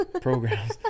programs